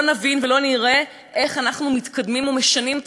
לא נבין ולא נראה איך אנחנו מתקדמים ומשנים את